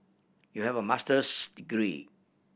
you have a Master's degree